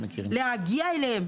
צריכים להגיע אליהם.